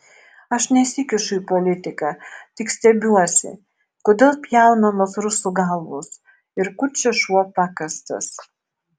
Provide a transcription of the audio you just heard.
aš nesikišu į politiką tik stebiuosi kodėl pjaunamos rusų galvos ir kur čia šuo pakastas